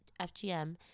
FGM